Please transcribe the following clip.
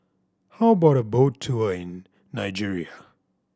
how about a boat tour in Nigeria